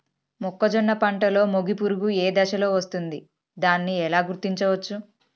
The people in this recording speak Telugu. మొక్కజొన్న పంటలో మొగి పురుగు ఏ దశలో వస్తుంది? దానిని ఎలా గుర్తించవచ్చు?